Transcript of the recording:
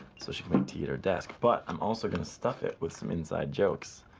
so she wouldn't eat her desk, but i'm also gonna stuff it with some inside jokes.